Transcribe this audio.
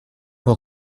può